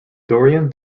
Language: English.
dorian